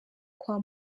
kwa